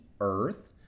Earth